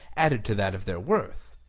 added to that of their worth.